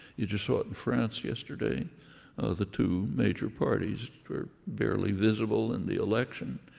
you just saw it in france yesterday the two major parties were barely visible in the election.